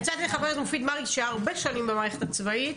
נמצא כאן חבר הכנסת מופיד מרעי שהיה הרבה שנים במערכת הצבאית.